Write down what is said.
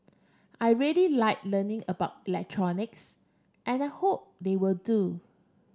I really like learning about electronics and I hope they will do